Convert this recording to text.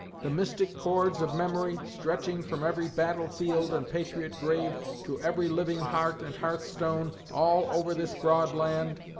the mystic chords of memory, stretching from every battlefield and patriot grave to every living heart and hearthstone all over this broad land,